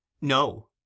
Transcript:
No